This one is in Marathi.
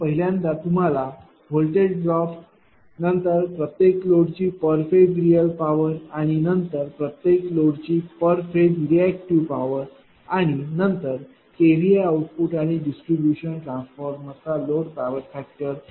तर पहिल्यांदा तुम्हाला व्होल्टेज ड्रॉप प्रत्येक लोडची पर फेज़ रियल पावर आणि नंतर प्रत्येक लोडची पर फेज़ रीऍक्टिव्ह पावर आणि kVA आउटपुट आणि डिस्ट्रीब्यूशन ट्रान्सफॉर्मरचा लोड पॉवर फॅक्टर